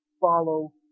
Follow